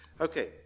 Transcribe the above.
Okay